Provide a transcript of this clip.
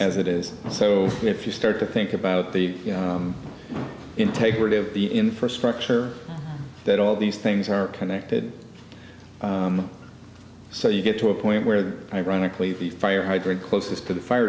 it is so if you start to think about the integrity of the infrastructure that all these things are connected so you get to a point where ironically the fire hydrant closest to the fire